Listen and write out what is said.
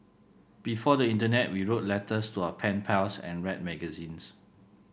before the internet we wrote letters to our pen pals and read magazines